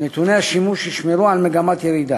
נתוני השימוש ישמרו על מגמת ירידה.